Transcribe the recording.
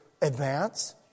advance